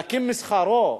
מנכים משכרו,